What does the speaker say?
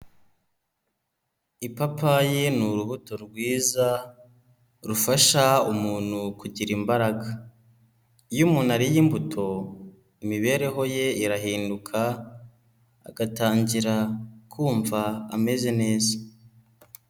Ipapayi ni urubuto rwiza, rufasha umuntu kugira imbaraga, iyo umuntu ariye imbuto imibereho ye irahinduka, agatangira kumva ameze neza.